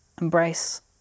embrace